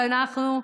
ואנחנו,